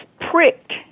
pricked